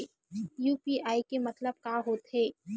UPI के मतलब का होथे?